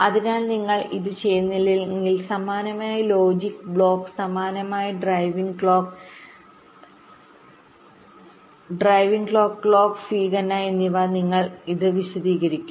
അതിനാൽ നിങ്ങൾ ഇത് ചെയ്യുന്നില്ലെങ്കിൽ സമാനമായ ലോജിക് ബ്ലോക്ക് സമാനമായ driving clock driving clock clock സ്വീകരിക്കുന്നു എന്നിവ ഞങ്ങൾ ഇത് വിശദീകരിക്കും